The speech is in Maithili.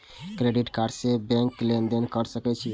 क्रेडिट कार्ड से बैंक में लेन देन कर सके छीये?